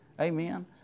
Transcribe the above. Amen